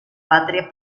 patria